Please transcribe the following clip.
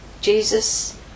Jesus